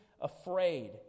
afraid